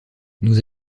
nous